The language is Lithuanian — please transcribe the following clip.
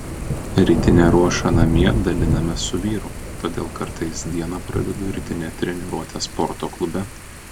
rytinę ruošą namie dalinamės su vyru todėl kartais dieną pradedu rytine treniruote sporto klube